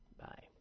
Bye